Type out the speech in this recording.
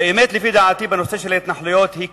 האמת, לפי דעתי, בנושא של התנחלויות היא כדלקמן: